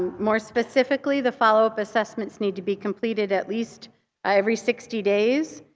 more specifically, the follow-up assessments need to be completed at least every sixty days.